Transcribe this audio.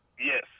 Yes